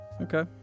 Okay